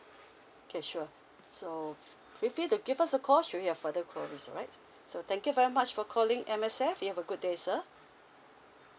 okay sure so feel free to give us a call should you have further queries alright so thank you very much for calling M_S_F you have a good day sir